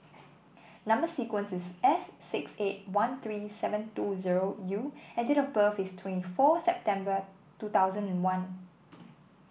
number sequence is S six eight one three seven two zero U and date of birth is twenty four September two thousand and one